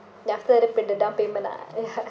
then after the p~ the down payment ah ya